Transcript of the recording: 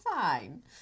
fine